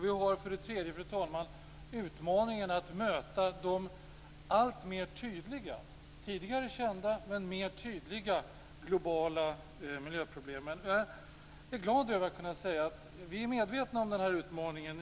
Vi har, fru talman, utmaningen att möta de tidigare kända men alltmer tydliga globala miljöproblemen. Jag är glad över att kunna säga att vi i Centerpartiet är medvetna om den här utmaningen.